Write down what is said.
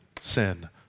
sin